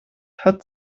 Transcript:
hat